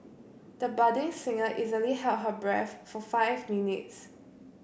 the budding singer easily held her breath for five minutes